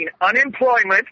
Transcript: unemployment